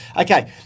Okay